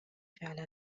فعل